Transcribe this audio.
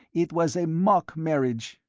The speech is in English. it was a mock marriage.